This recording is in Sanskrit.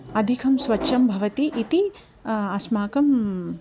अधिकं स्वच्छं भवति इति अस्माकं